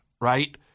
right